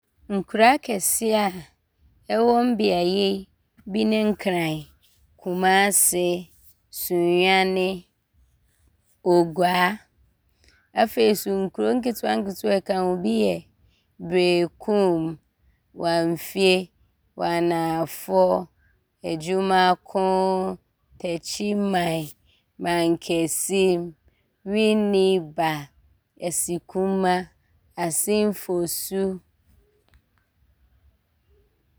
Nkuro akɛseɛ a ɔwɔ me mmeaeɛ no, bi ne Kumasi, Sunyani, Oguaa. Afei so nkuro nketewa ɔka ho, bi yɛ Berekum, Wamfie, Wamenafo, Ajumako, Tachiman, Mankessim, Winneba, Asikuma ne Assin Fosu.